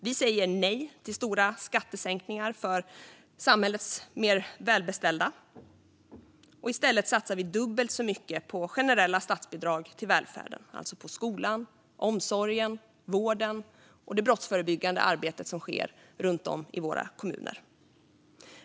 Vi säger nej till stora skattesänkningar för samhällets mer välbeställda och satsar i stället dubbelt så mycket på generella statsbidrag till välfärden, alltså till skolan, omsorgen, vården och det brottsförebyggande arbete som sker runt om i våra kommuner.